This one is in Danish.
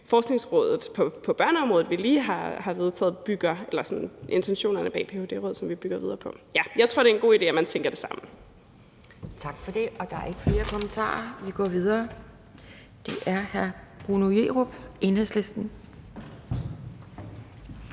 forskningsrådet på børneområdet, vi lige har vedtaget – eller intentionerne bag ph.d.-rådet – faktisk bygger videre på. Ja, jeg tror, det er en god idé, at man tænker det sammen. Kl. 12:52 Anden næstformand (Pia Kjærsgaard): Tak for det. Der er ikke flere kommentarer. Vi går videre. Det er hr. Bruno Jerup, Enhedslisten.